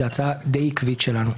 זו הצעה די עקבית שלנו.